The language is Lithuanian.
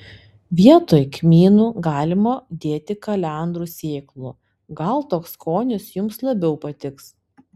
vietoj kmynų galima dėti kalendrų sėklų gal toks skonis jums labiau patiks